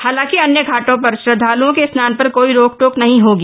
हालांकि अन्य घाटों पर श्रद्धालुओं के स्नान पर कोई रोक टोक नहीं होगी